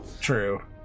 true